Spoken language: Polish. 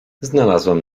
znalazłam